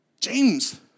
James